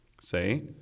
Say